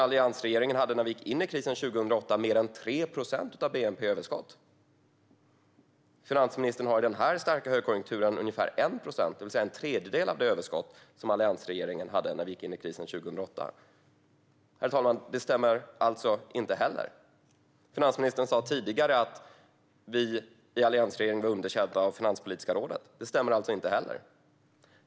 Alliansregeringen hade när vi gick in i krisen 2008 mer än 3 procent av bnp i överskott. Finansministern har i den här starka högkonjunkturen ungefär 1 procent, det vill säga en tredjedel av det överskott som alliansregeringen hade när vi gick in i krisen 2008. Det stämmer alltså inte heller, herr talman. Finansministern sa tidigare att vi i alliansregeringen var underkända av Finanspolitiska rådet. Det stämmer inte heller.